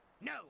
No